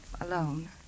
alone